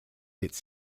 its